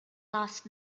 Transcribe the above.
last